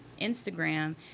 Instagram